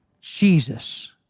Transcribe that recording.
Jesus